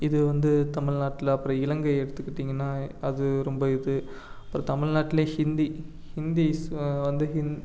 இது வந்து தமிழ்நாட்டில் அப்புறம் இலங்கை எடுத்துக்கிட்டிங்கன்னா அது ரொம்ப இது அப்புறம் தமிழ்நாட்டில் ஹிந்தி ஹிந்திஸ் வந்து ஹிந்